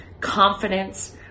confidence